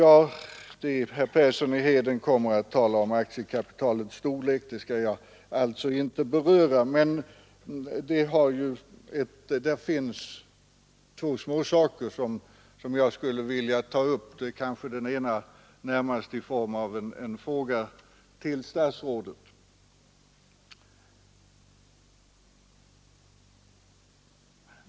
Herr Persson i Heden kommer att tala om aktiekapitalets storlek, och det skall jag alltså inte beröra. Det finns emellertid två småsaker som jag skulle vilja ta upp, den ena närmast i form av en fråga till statsrådet.